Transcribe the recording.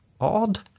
odd